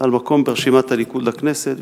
על מקום ברשימת הליכוד לכנסת,